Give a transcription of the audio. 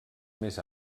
més